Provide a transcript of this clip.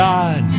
God